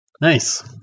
Nice